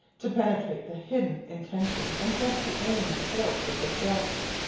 to penetrate the hidden intention and guess the aim and force of the thrust.